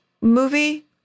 movie